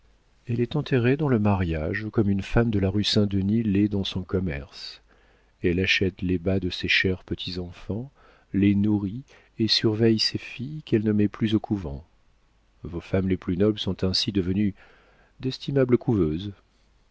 elle est enterrée dans le mariage comme une femme de la rue saint-denis l'est dans son commerce elle achète les bas de ses chers petits enfants les nourrit et surveille ses filles qu'elle ne met plus au couvent vos femmes les plus nobles sont ainsi devenues d'estimables couveuses